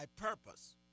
purpose